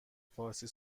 فارسی